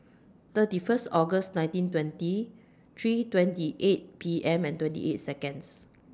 thirty First August nineteen twenty three twenty eight P M and twenty eight Seconds